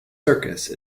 circus